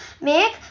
make